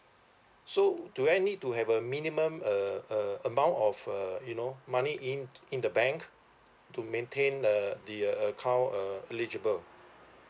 so do I need to have a minimum a a amount of uh you know money in in the bank to maintain uh the uh account uh eligible